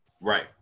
right